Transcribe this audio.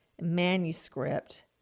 manuscript